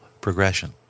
progression